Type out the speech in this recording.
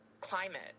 climate